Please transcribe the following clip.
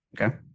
Okay